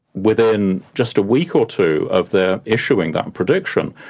within just a week or two of their issuing that prediction,